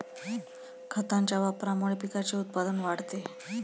खतांच्या वापरामुळे पिकाचे उत्पादन वाढते